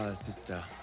ah sister.